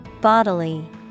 Bodily